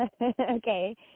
okay